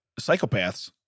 psychopaths